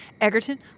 Egerton